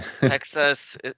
Texas